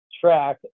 track